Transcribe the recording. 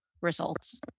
results